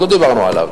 עוד לא דיברנו עליו.